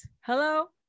Hello